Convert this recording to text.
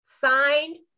signed